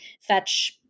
fetch